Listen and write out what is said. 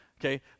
okay